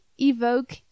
Evoke